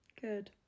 Good